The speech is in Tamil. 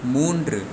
மூன்று